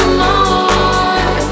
more